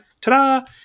Ta-da